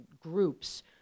groups